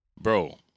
bro